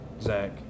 Zach